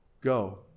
Go